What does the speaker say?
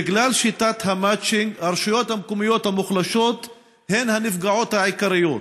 בגלל שיטת המצ'ינג הרשויות המקומיות המוחלשות הן הנפגעות העיקריות.